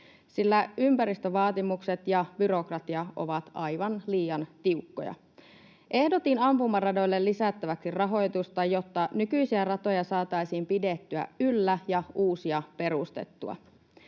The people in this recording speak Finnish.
sillä ympäristövaatimukset ja byrokratia ovat aivan liian tiukkoja. Ehdotin ampumaradoille lisättäväksi rahoitusta, jotta nykyisiä ratoja saataisiin pidettyä yllä ja uusia perustettua.